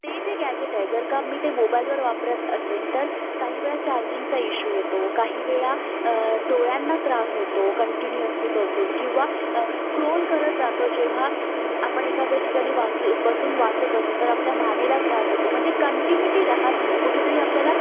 ते जे गॅजेट आहे जर का मी ते मोबाईलवर वापरत असेन तर काही वेळा चार्जिंगचा इश्यू येतो काही वेळा डोळ्यांना त्रास होतो कंटिन्यूअसली बघून किंवा स्क्रोल करत जातो जेव्हा आपण एखाद्या ठिकाणी वाचू बसून वाचत असू तर आपल्या मानेला त्रास होतो म्हणजे कंटिन्युटी राहात नाही कुठेतरी आपल्याला